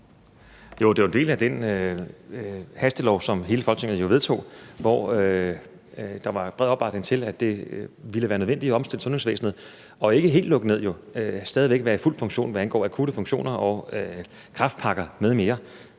Jo, det er jo en del af den hastelov, som hele Folketinget vedtog, hvor der var bred opbakning til, at det ville være nødvendigt at omstille sundhedsvæsenet og jo ikke helt lukke det ned, men at det stadig væk ville være i fuld funktion, hvad angår akutte funktioner og kræftpakker med mere,